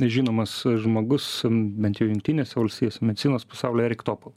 žinomas žmogus bent jau jungtinėse valstijose medicinos pasaulyje erik topol